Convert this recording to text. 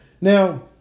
Now